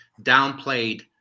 downplayed